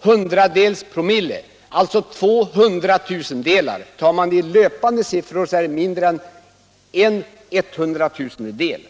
7», alltså två 100 000-delar. I löpande penningvärde blir det mindre än en 100 000-del.